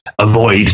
avoid